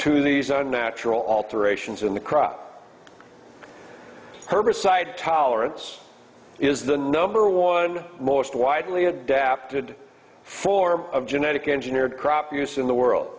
to these unnatural alterations in the crop herbicide tolerance is the number one most widely adapted for of genetically engineered crop use in the world